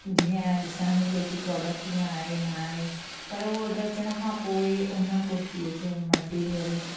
जीअं ॾिसण में थी अचे प्रोडेक्ट ईअं आहे न आहे पर उह ऑर्डर अचण खां पोइ उन कुर्तीअ जो मैटिरियल